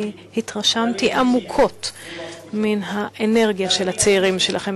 אני התרשמתי עמוקות מן האנרגיה של הצעירים שלכם,